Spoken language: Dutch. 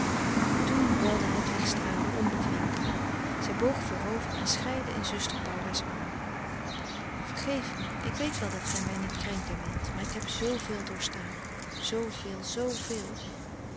toen welden hedwigs tranen onbedwingbaar zij boog voorover en schreide in zuster paula's arm vergeef me ik weet wel dat gij mij niet krenken wilt maar ik heb zooveel doorstaan